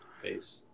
face